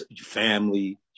family